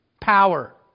Power